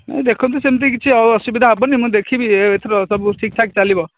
ନାଇଁ ଦେଖନ୍ତୁ ସେମିତି କିଛି ଆଉ ଅସୁବିଧା ହେବନି ମୁଁ ଦେଖିବି ଏ ଏଥର ସବୁ ଠିକ୍ ଠାକ୍ ଚାଲିବ